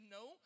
no